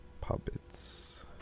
puppets